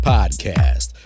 Podcast